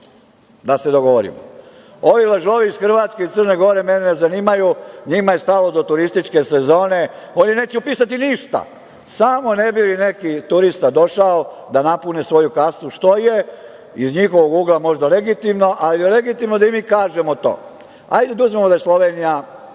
da se dogovorimo. Ovi lažovi iz Hrvatske i Crne Gore mene ne zanimaju, njima je stalo do turističke sezone, oni neće upisati ništa, samo ne bi li neki turista došao da napune svoju kasu, što je iz njihovog ugla možda legitimno, ali je legitimno da i mi kažemo to. Hajde da uzmemo da je Slovenija